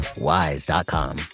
WISE.com